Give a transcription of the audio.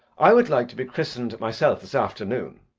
i would like to be christened myself, this afternoon,